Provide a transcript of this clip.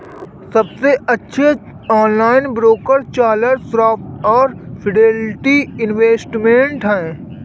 सबसे अच्छे online broker Charles Schwab और फिडेलिटी इन्वेस्टमेंट हैं